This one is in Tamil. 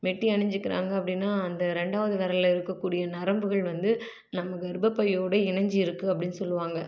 மெட்டி அணிஞ்சிக்குறாங்க அப்படினா அந்த ரெண்டாவது விரல்ல இருக்க கூடிய நரம்புகள் வந்து நம்ப கர்ப்பப்பையோட இணைஞ்சுருக்கு அப்படின்னு சொல்லுவாங்க